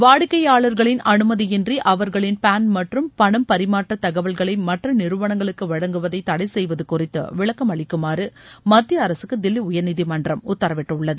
வாடிக்கையாளர்களின் அனுமதியின்றி அவர்களின் பான் மற்றும் பணம் பரிமாற்ற தகவல்களை மற்ற நிறுவனங்களுக்கு வழங்குவதை தளட செய்வது குறித்து விளக்கம் அளிக்குமாறு மத்திய அரசுக்கு தில்லி உயர்நீதிமன்றம் உத்தரவிட்டுள்ளது